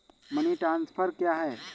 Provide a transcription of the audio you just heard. Money transfer क्या है?